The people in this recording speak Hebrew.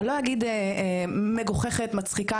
אני לא אגיד מגוחכת או מצחיקה,